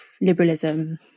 liberalism